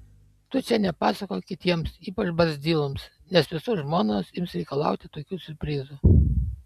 tu čia nepasakok kitiems ypač barzdyloms nes visų žmonos ims reikalauti tokių siurprizų